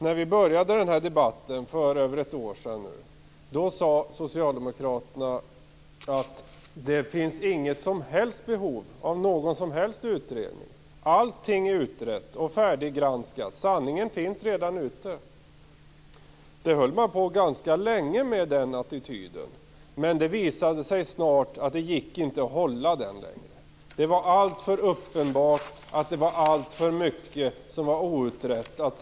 När vi började den här debatten för över ett år sedan sade socialdemokraterna att det inte finns något som helst behov av någon som helst utredning. Allting är utrett och färdiggranskat. Sanningen finns redan ute. Den attityden höll man på ganska länge med. Men det visade sig snart att det inte gick att hålla den. Det var alltför uppenbart att det var alltför mycket som var outrett.